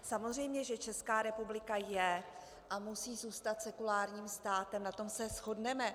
Samozřejmě že Česká republika je a musí zůstat sekulárním státem, na tom se shodneme.